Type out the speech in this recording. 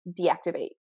deactivate